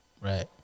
Right